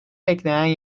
bekleyen